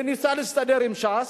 וניסה להסתדר עם ש"ס.